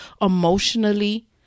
emotionally